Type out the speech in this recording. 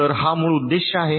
तर हा मूळ उद्देश आहे